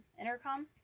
intercom